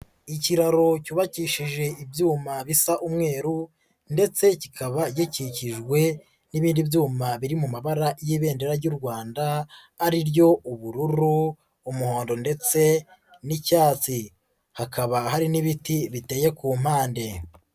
Ikiraro cyubakishije ibyuma bisa umweru ndetse kikaba gikikijwe n'ibindi byuma biri mu mabara y'ibendera ry'u Rwanda ari ryo ubururu umuhondo ndetse n'icyatsi hakaba hari n'ibiti biteye ku mpande.